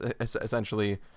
Essentially